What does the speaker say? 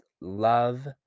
love